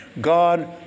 God